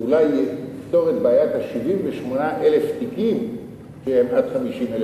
זה אולי יפתור את בעיית 78,000 התיקים שהם עד 50,000,